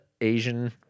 Asian